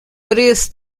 preço